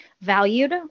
valued